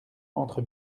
entre